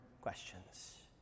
questions